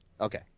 Okay